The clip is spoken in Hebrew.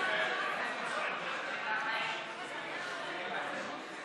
(דיווח לוועדת הכלכלה של הכנסת בקביעת הוראות בנושאים צרכניים),